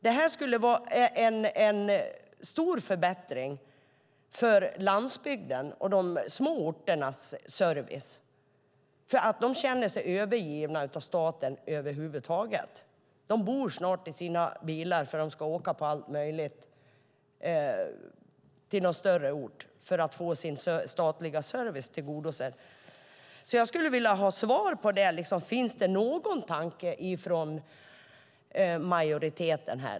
Detta skulle vara en stor förbättring för servicen på landsbygden och de små orterna. De känner sig övergivna av staten. De bor snart i sina bilar eftersom de ska åka till en större ort för att få sin statliga service. Jag vill ha svar på om det finns någon tanke hos majoriteten.